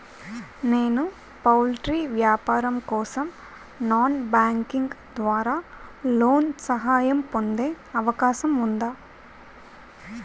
నేను పౌల్ట్రీ వ్యాపారం కోసం నాన్ బ్యాంకింగ్ ద్వారా లోన్ సహాయం పొందే అవకాశం ఉందా?